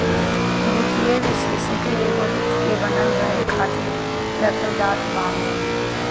वित्तीय विषेशज्ञ एगो वित्त के बनल रहे खातिर रखल जात बाने